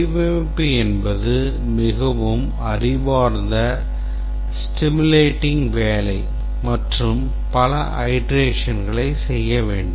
வடிவமைப்பு என்பது மிகவும் அறிவார்ந்த stimulating வேலை மற்றும் பல iterationsகளை செய்ய வேண்டும்